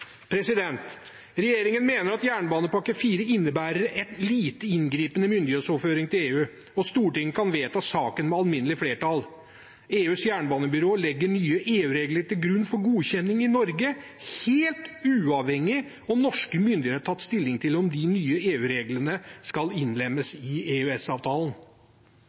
Regjeringen mener at jernbanepakke IV innebærer en lite inngripende myndighetsoverføring til EU, og at Stortinget kan vedta saken med alminnelig flertall. EUs jernbanebyrå legger nye EU-regler til grunn for godkjenning i Norge, helt uavhengig av om norske myndigheter har tatt stilling til om de nye EU-reglene skal innlemmes i